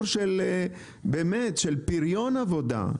פריון עבודה.